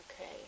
Okay